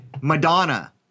Madonna